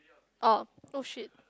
oh oh shit